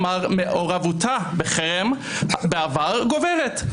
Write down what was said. כלומר מעורבותה בחרם בעבר גוברת,